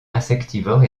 insectivore